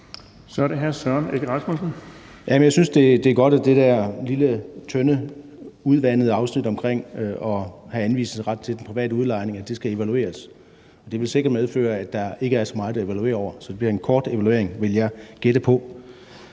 Kl. 15:23 Søren Egge Rasmussen (EL): Jamen jeg synes, det er godt, at det der lille, tynde, udvandede afsnit omkring at have anvisningsret til den private udlejning skal evalueres. Det vil sikkert medføre, at der ikke er så meget at evaluere over. Det bliver en kort evaluering, vil jeg gætte på.